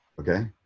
Okay